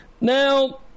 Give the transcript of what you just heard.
Now